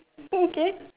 okay